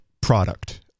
product